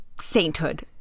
sainthood